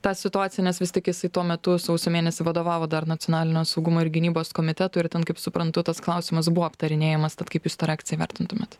tą situaciją nes vis tik jisai tuo metu sausio mėnesį vadovavo dar nacionalinio saugumo ir gynybos komitetui ir ten kaip suprantu tas klausimas buvo aptarinėjamas tad kaip jūs tą reakciją vertintumėt